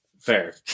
Fair